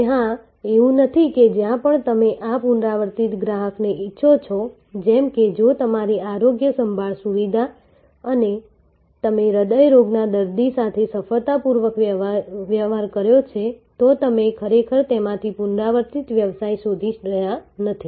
હવે હા એવું નથી કે જ્યાં પણ તમે આ પુનરાવર્તિત ગ્રાહકને ઇચ્છો છો જેમ કે જો તમારી આરોગ્યસંભાળ સુવિધા અને તમે હૃદય રોગના દર્દી સાથે સફળતાપૂર્વક વ્યવહાર કર્યો છે તો તમે ખરેખર તેમાંથી પુનરાવર્તિત વ્યવસાય શોધી રહ્યા નથી